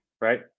Right